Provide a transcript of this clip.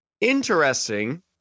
Interesting